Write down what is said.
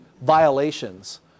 violations